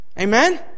Amen